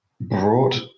brought